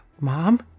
mom